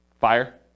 Fire